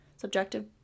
subjective